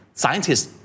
scientists